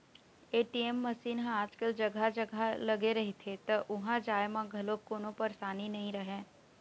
ATM machine ह आजकल जघा जघा लगे रहिथे त उहाँ जाए म घलोक कोनो परसानी नइ रहय